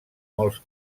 molts